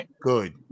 good